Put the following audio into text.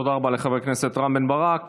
תודה רבה לחבר הכנסת רם בן ברק.